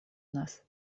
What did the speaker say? нас